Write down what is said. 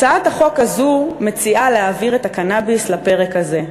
הצעת החוק הזו מציעה להעביר את הקנאביס לפרק הזה,